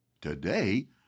Today